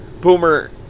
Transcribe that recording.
Boomer